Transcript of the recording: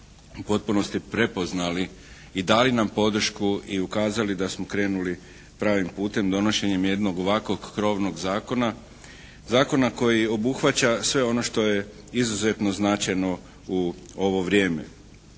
potpunosti prepoznali i dali nam podršku i ukazali da smo krenuli pravim putem donošenjem jednog ovakvog krovnog zakona, zakona koji obuhvaća sve ono što je izuzetno značajno u ovo vrijeme.